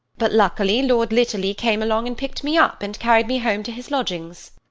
but, luckily, lord litterly came along and picked me up and carried me home to his lodgings